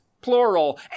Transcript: plural